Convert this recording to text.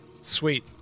Sweet